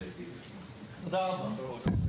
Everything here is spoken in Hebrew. תודה רבה.